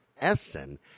Essen